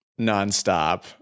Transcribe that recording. nonstop